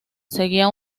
seguía